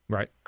Right